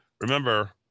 remember